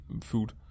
food